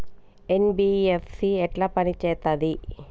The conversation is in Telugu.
ఎన్.బి.ఎఫ్.సి ఎట్ల పని చేత్తది?